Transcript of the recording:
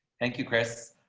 thank you, chris.